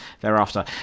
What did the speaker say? thereafter